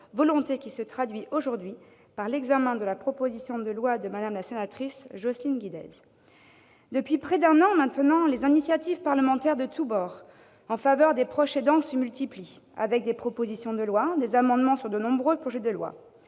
volonté qui se traduit aujourd'hui par l'examen de la proposition de loi de Mme la sénatrice Jocelyne Guidez. Depuis près d'un an maintenant, les initiatives parlementaires de tout bord en faveur des proches aidants se multiplient, avec des propositions de loi ou des amendements à de nombreux projets de loi.